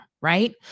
right